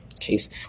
case